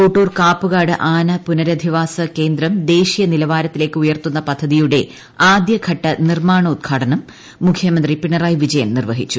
കോട്ടൂർ കാപ്പൂകാട് ആന പുനരധിവാസകേന്ദ്രം അന്തർദ്ദേശീയ നിലവാരത്തിലേയ്ക്ക് ഉയർത്തുന്ന പദ്ധതിയുടെ ആദ്യഘട്ട നിർമ്മാണോദ്ഘാടനം മുഖ്യമന്ത്രി പിണറായി വിജയൻ നിർവ്വഹിച്ചു